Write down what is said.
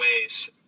ways